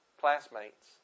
classmates